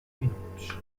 minuts